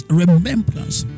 remembrance